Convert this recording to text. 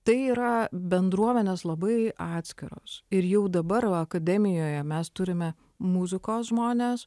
tai yra bendruomenės labai atskiros ir jau dabar akademijoje mes turime muzikos žmones